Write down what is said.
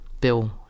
bill